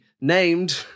named